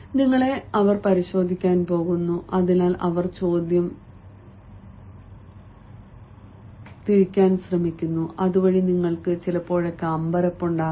നിങ്ങളെ പരിശോധിക്കാൻ പോകുന്നു അതിനാൽ അവർ ചോദ്യം തിരിക്കാൻ ശ്രമിക്കുന്നു അതുവഴി നിങ്ങൾക്ക് അമ്പരപ്പുണ്ടാകും